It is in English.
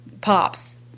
Pops